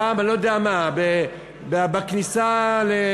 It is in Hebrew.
פעם אני לא יודע מה, בכניסה לטרמינל,